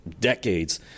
decades